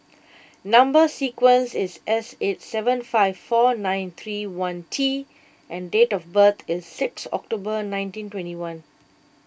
Number Sequence is S eight seven five four nine three one T and date of birth is six October nineteen twenty one